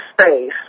space